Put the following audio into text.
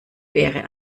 wäre